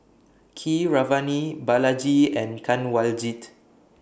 Keeravani Balaji and Kanwaljit